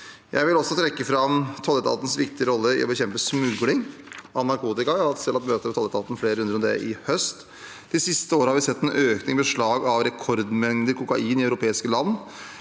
Jeg vil også trekke fram tolletatens viktige rolle i å bekjempe smugling av narkotika. Jeg har selv hatt møte med tolletaten i flere runder om det i høst. De siste årene har vi sett en økning i beslag av rekordmengder kokain i europeiske land.